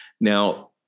Now